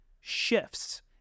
shifts